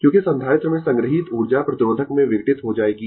क्योंकि संधारित्र में संग्रहीत ऊर्जा प्रतिरोधक में विघटित हो जाएगी